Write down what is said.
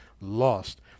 lost